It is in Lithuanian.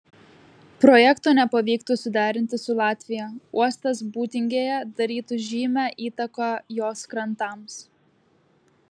projekto nepavyktų suderinti su latvija uostas būtingėje darytų žymią įtaką jos krantams